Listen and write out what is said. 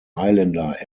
mailänder